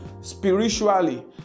spiritually